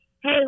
hey